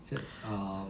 就是 um